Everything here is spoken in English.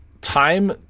time